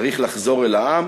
צריך לחזור אל העם.